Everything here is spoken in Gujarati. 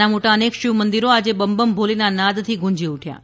નાના મોટા અનેક શિવમંદિરો આજે બમ બમ ભોલેના નાદૃથી ગુંજી ઉઠયા છે